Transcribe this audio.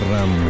Ram